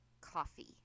coffee